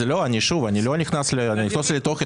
שוב, אני לא נכנס לתוכן.